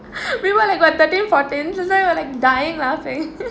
we were like what thirteen fourteen that time was like dying laughing